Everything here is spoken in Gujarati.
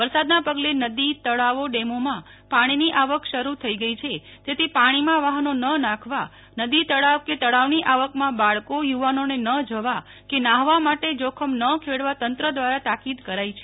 વરસાદના પગલે નદી તળાવો ડેમોમાં પાણીની આવક શરૂ થઈ ગઈ છે તેથી પાણીમાં વાહનો ન નાખવા નદી તળાવ કે તળાવની આવકમાં બાળકો યુવાનોને ન જવા કે નાહવા માટે જોખમ ન ખેડવા તંત્ર દ્વારા તાકીદ કરાઈ છે